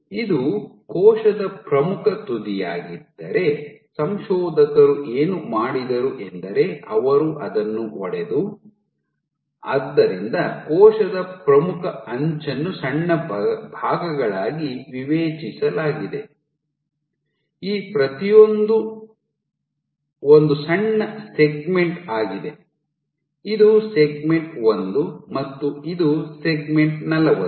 ಇದು ಕೋಶದ ಪ್ರಮುಖ ತುದಿಯಾಗಿದ್ದರೆ ಸಂಶೋಧಕರು ಏನು ಮಾಡಿದರು ಎಂದರೆ ಅವರು ಅದನ್ನು ಒಡೆದು ಆದ್ದರಿಂದ ಕೋಶದ ಪ್ರಮುಖ ಅಂಚನ್ನು ಸಣ್ಣ ಭಾಗಗಳಾಗಿ ವಿವೇಚಿಸಲಾಗಿದೆ ಈ ಪ್ರತಿಯೊಂದೂ ಒಂದು ಸಣ್ಣ ಸೆಗ್ಮೆಂಟ್ ಆಗಿದೆ ಇದು ಸೆಗ್ಮೆಂಟ್ ಒಂದು ಮತ್ತು ಇದು ಸೆಗ್ಮೆಂಟ್ ನಲವತ್ತು